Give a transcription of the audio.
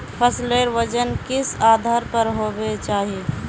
फसलेर वजन किस आधार पर होबे चही?